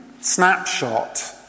snapshot